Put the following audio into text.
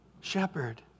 shepherd